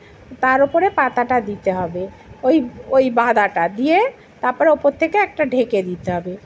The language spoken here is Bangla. তার ওপরে পাতাটা দিতে হবে ওই ওই বাঁধাটা দিয়ে তারপরে ওপর থেকে একটা ঢেকে দিতে হবে